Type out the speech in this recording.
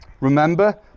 Remember